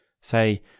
Say